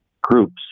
groups